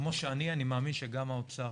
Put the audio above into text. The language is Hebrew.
כמו שאני אני מאמין שגם האוצר,